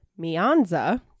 Mianza